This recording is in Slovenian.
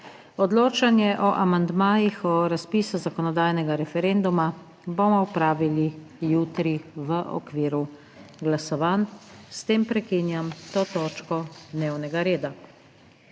Odločanje o amandmajih o razpisu zakonodajnega referenduma bomo opravili jutri, v okviru glasovanj. S tem prekinjam to točko dnevnega reda.